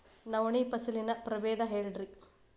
ನವಣಿ ಫಸಲಿನ ಪ್ರಭೇದ ಹೇಳಿರಿ